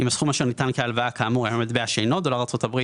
אם הסכום אשר ניתן כהלוואה כאמור היה במטבע שאינו דולר ארה"ב,